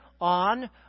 on